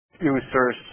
users